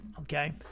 okay